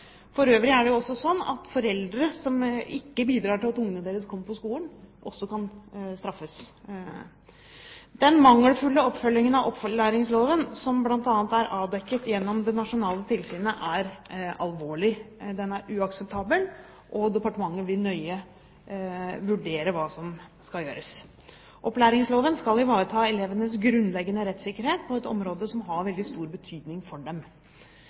For øvrig er det også slik at foreldre som ikke bidrar til at ungene deres kommer på skolen, også kan straffes. Den mangelfulle oppfølgingen av opplæringsloven, som bl.a. er avdekket gjennom det nasjonale tilsynet, er alvorlig. Den er uakseptabel, og departementet vil nøye vurdere hva som skal gjøres. Opplæringsloven skal ivareta elevenes grunnleggende rettssikkerhet på et område som har stor betydning for dem.